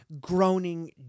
groaning